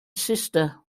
sister